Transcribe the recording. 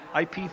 IP